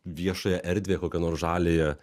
viešąją erdvę kokią nors žaliąją